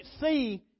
see